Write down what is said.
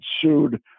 sued